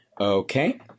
okay